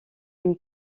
une